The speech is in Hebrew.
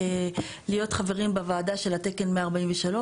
להיות חברים בוועדה של תקן 143